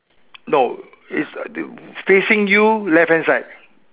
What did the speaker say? no it's facing you left hand side